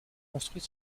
construit